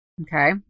Okay